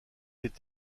est